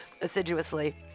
assiduously